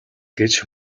гэж